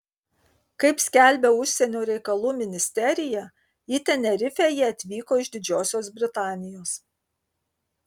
kaip skelbia užsienio reikalų ministerija į tenerifę jie atvyko iš didžiosios britanijos